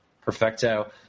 Perfecto